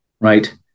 right